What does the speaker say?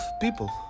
people